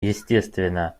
естественно